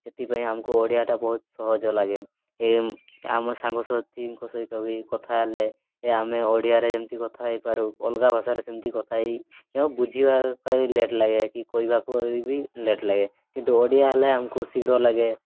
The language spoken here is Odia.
ଏଥିପାଇଁ ଆମକୁ ଓଡ଼ିଆଟା ବହୁତ ସହଜ ଲାଗେ ଆମ ସାଙ୍ଗସାଥିଙ୍କ ସହିତ ବି କଥା ହେଲେ ଏ ଆମେ ଓଡ଼ିଆରେ ଯେମିତି କଥା ହୋଇପାରୁ ଅଲଗା ଭାଷାରେ ସେମିତି କଥା ହୋଇ ବୁଝିବାକୁ ଲେଟ୍ ଲାଗେ କି କହିବାକୁ ବି ଲେଟ୍ ଲାଗେ କିନ୍ତୁ ଓଡ଼ିଆ ହେଲେ ଆମକୁ ଶୀଘ୍ର ଲାଗେ